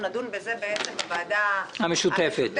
נקווה שהפעם, היית אצלי בעניין, ראש הממשלה מעורב.